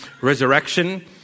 resurrection